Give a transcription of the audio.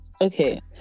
okay